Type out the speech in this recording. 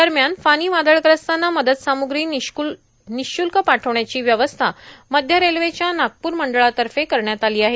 दरम्यान फानी वादळग्रस्तांना मदत सामुग्री निःशुल्क पाठवण्याची व्यवस्था मध्य रेल्वेच्या नागपूर मंडळातर्फे करण्यात आली आहे